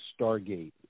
Stargate